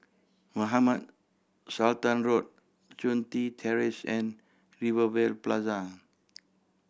Mohamed Sultan Road Chun Tin Terrace and Rivervale Plaza